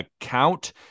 account